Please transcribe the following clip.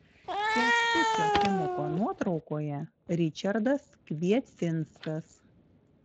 kęstučio timuko nuotraukoje ričardas kviecinskas